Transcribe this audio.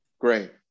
Great